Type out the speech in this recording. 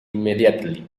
immediately